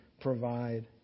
provide